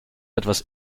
etwas